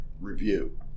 review